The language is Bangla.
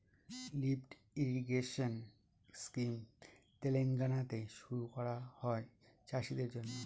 লিফ্ট ইরিগেশেন স্কিম তেলেঙ্গানাতে শুরু করা হয় চাষীদের জন্য